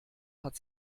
hat